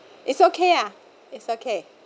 it's okay ah it's okay